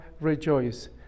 rejoice